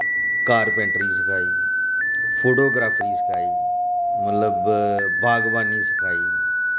carpentry सखाई photography सखाई मतलब बागवानी सखाई